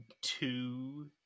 two